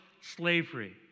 slavery